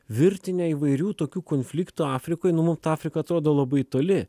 virtinė įvairių tokių konfliktų afrikoje nu mum afrika atrodo labai toli